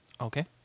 Okay